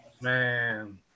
Man